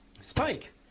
Spike